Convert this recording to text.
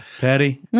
Patty